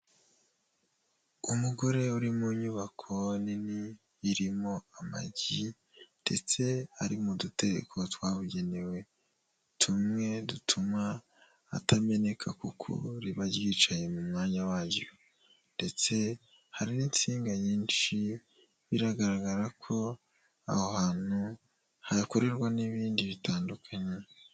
Umugore uri mu nyubako nini irimo amagi ndetse ari mu dutereko twabugenewe tumwe dutuma atameneka kuko riba ryicaye mu mwanya waryo ndetse hari n'insinga nyinshi biragaragara ko aho hantu hakorerwa n'ibindi bitandukanye.